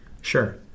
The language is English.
Sure